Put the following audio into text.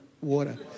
water